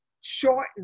shortened